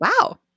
Wow